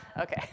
Okay